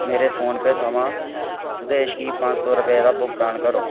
मेरे फोनपेऽ थमां सुदेश गी पंज सौ रुपये दा भुगतान करो